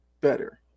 better